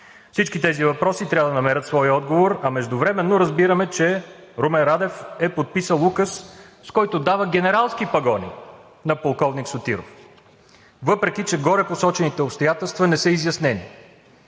Всички тези въпроси трябва да намерят своя отговор. А междувременно разбираме, че Румен Радев е подписал указ, с който дава генералски пагони на полковник Сотиров, въпреки че горепосочените обстоятелства не са изяснени.